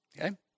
okay